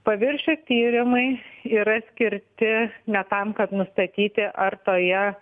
paviršių tyrimai yra skirti ne tam kad nustatyti ar toje